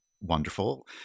wonderful